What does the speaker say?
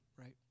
right